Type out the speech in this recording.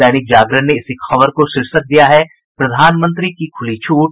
दैनिक जागरण ने इसी खबर को शीर्षक दिया है प्रधानमंत्री की खुली छूट